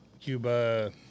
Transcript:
Cuba